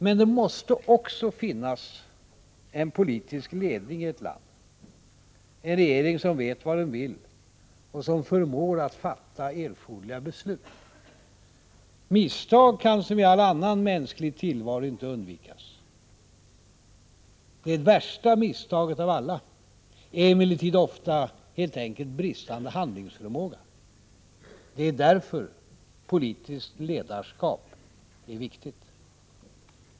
Men det måste också finnas en politisk ledning i ett land, en regering som vet vad den vill och som förmår att fatta erforderliga beslut. Misstag kan, som i all annan mänsklig tillvaro, inte undvikas. Det värsta misstaget av alla är emellertid ofta helt enkelt bristande handlingsförmåga. Det är därför politiskt ledarskap är viktigt.